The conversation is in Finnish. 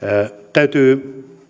täytyy